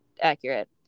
accurate